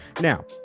now